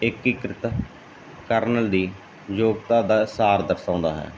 ਏਕੀਕ੍ਰਿਤ ਕਰਨ ਦੀ ਯੋਗਤਾ ਦਾ ਸਾਰ ਦਰਸਾਉਂਦਾ ਹੈ